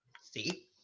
See